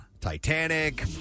Titanic